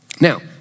Now